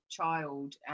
child